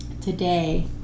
today